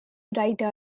writer